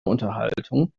unterhaltung